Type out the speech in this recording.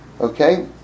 Okay